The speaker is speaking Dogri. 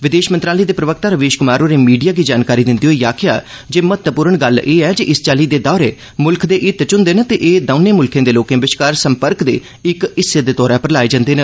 विदेश मंत्रालय दे प्रवक्ता रवीश कुमार होरें मीडिया गी जानकारी दिंदे होई आखेआ जे महत्वपूर्ण गल्ल एह ऐ जे इस चाल्ली दे दौरे मुल्ख दे हित च हुंदे न ते एह दौने मुल्खे दे लोके बश्कार संपर्क दे इक हिस्से दे तौर पर लाए जंदे न